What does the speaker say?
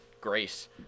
grace